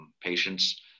patients